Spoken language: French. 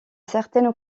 certaines